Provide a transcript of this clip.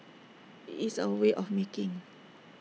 it's our way of making